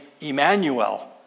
Emmanuel